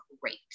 great